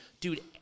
dude